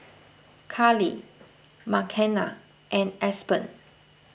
Karli Makenna and Aspen